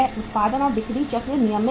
उत्पादन और बिक्री चक्र नियमित है